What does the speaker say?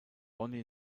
only